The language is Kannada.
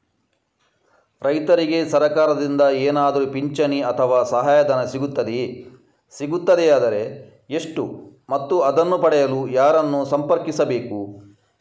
ರೈತರಿಗೆ ಸರಕಾರದಿಂದ ಏನಾದರೂ ಪಿಂಚಣಿ ಅಥವಾ ಸಹಾಯಧನ ಸಿಗುತ್ತದೆಯೇ, ಸಿಗುತ್ತದೆಯಾದರೆ ಎಷ್ಟು ಮತ್ತು ಅದನ್ನು ಪಡೆಯಲು ಯಾರನ್ನು ಸಂಪರ್ಕಿಸಬೇಕು?